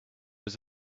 was